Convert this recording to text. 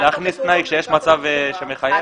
זה להכניס תנאי כשיש מצב שמחייב.